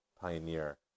pioneer